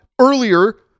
earlier